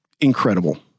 incredible